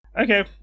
okay